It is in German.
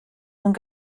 und